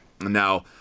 Now